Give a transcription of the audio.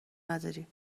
نداری